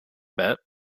bet